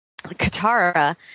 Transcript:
Katara